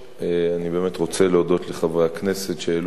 אני באמת רוצה להודות לחברי הכנסת שהעלו את הנושא,